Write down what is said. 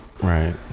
Right